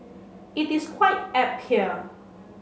it is quite apt here